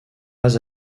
pas